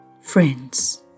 Friends